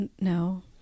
No